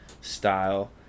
style